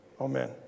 Amen